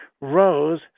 Rose